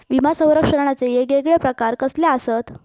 विमा सौरक्षणाचे येगयेगळे प्रकार कसले आसत?